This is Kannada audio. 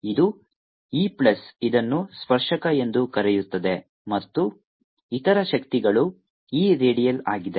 ಇದು E ಪ್ಲಸ್ ಇದನ್ನು ಸ್ಪರ್ಶಕ ಎಂದು ಕರೆಯುತ್ತದೆ ಮತ್ತು ಇತರ ಶಕ್ತಿಗಳು E ರೇಡಿಯಲ್ ಆಗಿದೆ